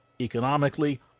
economically